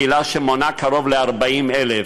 ראש קהילה שמונה קרוב ל-40,000 איש,